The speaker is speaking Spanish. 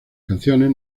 canciones